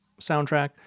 soundtrack